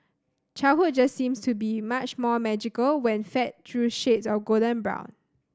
childhood just seems to be much more magical when fed through shades of golden brown